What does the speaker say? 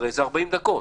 זה 40 דקות.